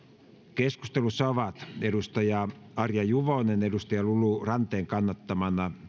keskustelussa ovat arja juvonen lulu ranteen kannattamana